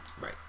right